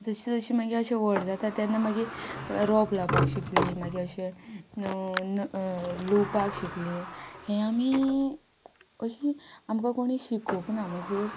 जशीं जशीं मागीर अशें व्हड जाता तेन्ना मागीर रोप लावपाक शिकलीं मागीर अशें न न लुंवपाक शिकलीं हें आमी अशीं आमकां कोणी शिकोवंक ना म्हणजेर